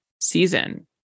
season